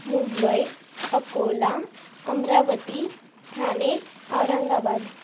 Mumbai Akola Amravati Thane Aurangabad